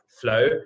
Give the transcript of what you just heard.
flow